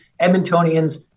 Edmontonians